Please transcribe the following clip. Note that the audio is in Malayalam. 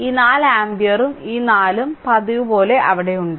ഈ 4 ആമ്പിയറും ഈ 4 പതിവുപോലെ അവിടെയുണ്ട്